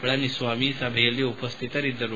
ಪಳನಿಸ್ವಾಮಿ ಸಭೆಯಲ್ಲಿ ಉಪಸ್ಥಿತರಿದ್ದರು